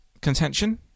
contention